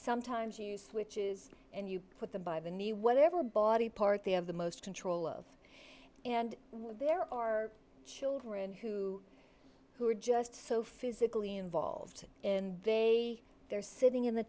sometimes you switches and you put the buy the new whatever body part they have the most control of and there are children who who are just so physically involved and they they're sitting in the